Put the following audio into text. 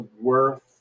worth